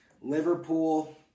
Liverpool